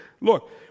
Look